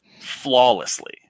flawlessly